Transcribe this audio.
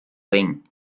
thing